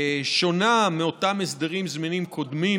שונה מאותם הסדרים זמניים קודמים.